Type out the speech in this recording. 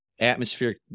atmospheric